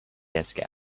desk